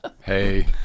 Hey